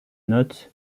note